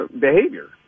behavior